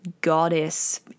goddess